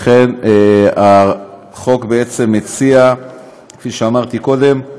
לכן, החוק בעצם מציע, כפי שאמרתי קודם,